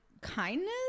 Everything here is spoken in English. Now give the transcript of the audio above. kindness